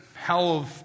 hell